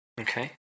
Okay